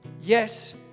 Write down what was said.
yes